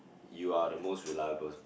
you are the most reliable